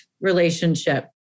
relationship